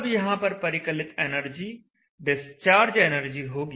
तब यहां पर परिकलित एनर्जी डिस्चार्ज एनर्जी Edischarge होगी